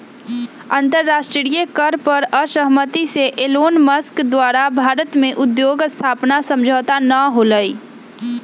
अंतरराष्ट्रीय कर पर असहमति से एलोनमस्क द्वारा भारत में उद्योग स्थापना समझौता न होलय